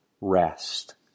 rest